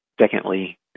Secondly